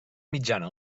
mitjana